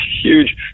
huge